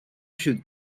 should